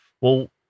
Well-